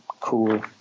cool